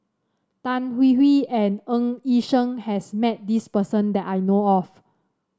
Tan Hwee Hwee and Ng Yi Sheng has met this person that I know of